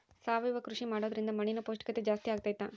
ಸಾವಯವ ಕೃಷಿ ಮಾಡೋದ್ರಿಂದ ಮಣ್ಣಿನ ಪೌಷ್ಠಿಕತೆ ಜಾಸ್ತಿ ಆಗ್ತೈತಾ?